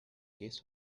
guess